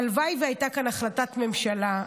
הלוואי שהייתה כאן החלטת ממשלה.